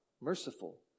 merciful